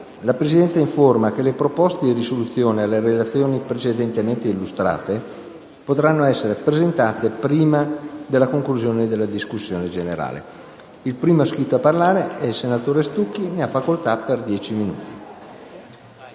La Presidenza informa che le proposte di risoluzione sulle relazioni precedentemente illustrate potranno essere presentate prima della conclusione della discussione generale. È iscritto a parlare è il senatore Stucchi. Ne ha facoltà.